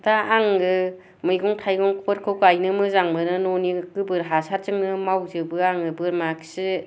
दा आङो मैगं थाइगंफोरखौ गाइनो मोजां मोनो न'नि गोबोर हासारजोंनो मावजोबो आङो बोरमा खि